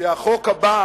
שהחוק הבא